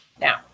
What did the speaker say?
now